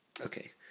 Okay